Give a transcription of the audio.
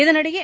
இதனிடையே